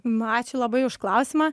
na ačiū labai už klausimą